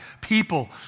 People